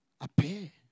appear